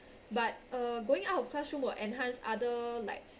but uh going out of classroom will enhance other like